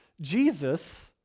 Jesus